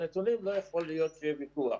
על הנתונים לא יכול להיות שיהיה ויכוח.